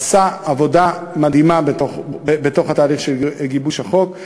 עשה עבודה מדהימה בתהליך של גיבוש החוק.